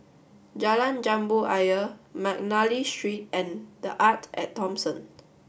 Jalan Jambu Ayer Mcnally Street and The Arte at Thomson